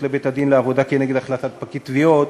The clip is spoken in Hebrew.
לבית-הדין לעבודה כנגד החלטת פקיד תביעות,